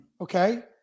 Okay